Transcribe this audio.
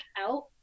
out